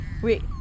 Wait